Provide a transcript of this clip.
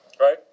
right